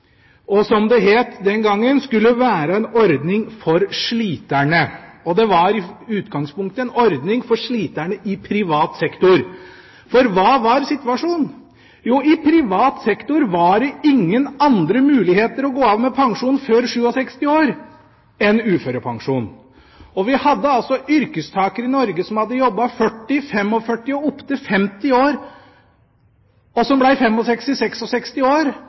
og, som det het den gangen, skulle være en ordning for sliterne. Det var i utgangspunktet en ordning for sliterne i privat sektor. For hva var situasjonen? Jo, i privat sektor hadde en ingen andre muligheter til å gå av med pensjon før 67 år enn med uførepensjon. Det var altså arbeidstakere i Norge som hadde jobbet i 40, 45 og opp til 50 år, og som